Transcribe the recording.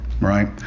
right